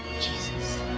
Jesus